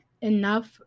enough